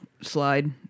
slide